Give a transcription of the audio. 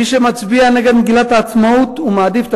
מי שמצביע נגד מגילת העצמאות ומעדיף את